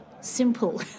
simple